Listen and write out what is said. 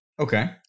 Okay